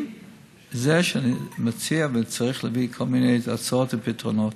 עם זה שאני מציע וצריך להביא כל מיני הצעות לפתרונות.